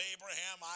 Abraham